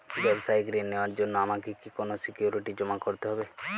ব্যাবসায়িক ঋণ নেওয়ার জন্য আমাকে কি কোনো সিকিউরিটি জমা করতে হবে?